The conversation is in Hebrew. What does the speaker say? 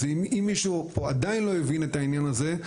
אז אם מישהו פה עדיין לא הבין את העניין הזה,